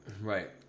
Right